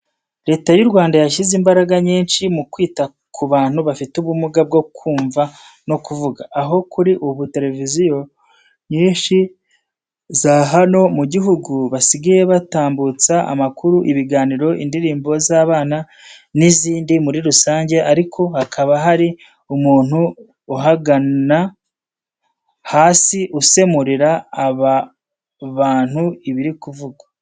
Leta y'u Rwanda yashyize imbaraga nyinshi mu kwita ku bantu bafite ubumuga bwo kumva no kuvuga, aho kuri ubu televiziyo nyinshi za hano mu gihugu basigaye batambutsaho amakuru, ibiganiro, indirimbo z'abana n'izindi muri rusange ariko hakaba hari umuntu ahagana hasi usemurira abo bantu ibiri kuvugwa.